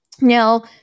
Now